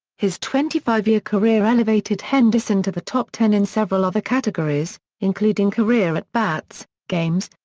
his twenty five year career elevated henderson to the top ten in several other categories, including career at bats, games,